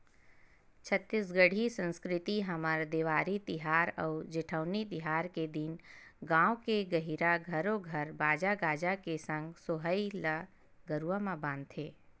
छत्तीसगढ़ी संस्कृति हमर देवारी तिहार अउ जेठवनी तिहार के दिन गाँव के गहिरा घरो घर बाजा गाजा के संग सोहई ल गरुवा म बांधथे